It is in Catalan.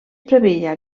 preveia